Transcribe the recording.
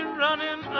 running